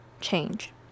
change